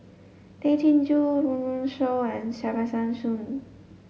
Tay Chin Joo Run Run Shaw and Kesavan Soon